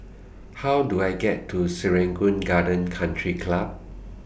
How Do I get to Serangoon Gardens Country Club